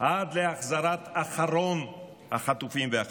עד להחזרת אחרון החטופים והחטופות.